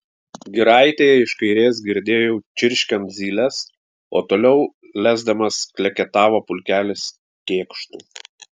giraitėje iš kairės girdėjau čirškiant zyles o toliau lesdamas kleketavo pulkelis kėkštų